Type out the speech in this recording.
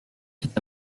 est